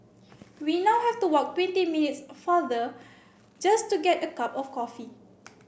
we now have to walk twenty minutes farther just to get a cup of coffee